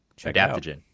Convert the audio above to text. Adaptogen